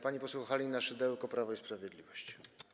Pani poseł Halina Szydełko, Prawo i Sprawiedliwość.